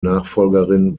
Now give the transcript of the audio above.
nachfolgerin